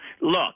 look